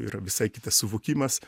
yra visai kitas suvokimas